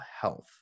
health